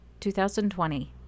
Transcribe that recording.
2020